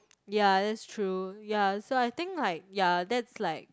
ya that's true ya so I think like ya that's like